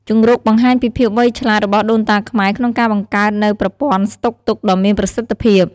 ជង្រុកបង្ហាញពីភាពវៃឆ្លាតរបស់ដូនតាខ្មែរក្នុងការបង្កើតនូវប្រព័ន្ធស្តុកទុកដ៏មានប្រសិទ្ធភាព។